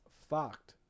fucked